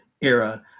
era